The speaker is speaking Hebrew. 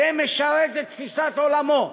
זה משרת את תפיסת עולמו.